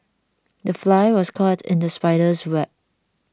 the fly was caught in the spider's web